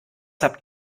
habt